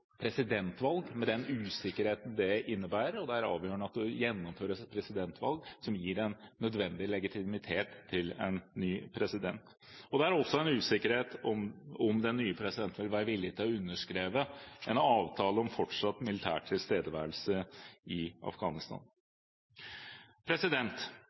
presidentvalg, med den usikkerheten det innebærer. Det er avgjørende at det gjennomføres et presidentvalg som gir den nødvendige legitimitet til en ny president. Det er også en usikkerhet ved om den nye presidenten vil være villig til å underskrive en avtale om fortsatt militær tilstedeværelse i